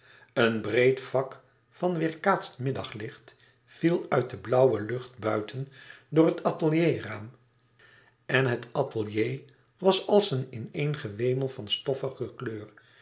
een breed vak van weêrkaatst middaglicht viel uit de blauwe lucht buiten door het atelierraam en het atelier was als een ineengewemel van stoffige kleur